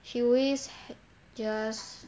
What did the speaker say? she always just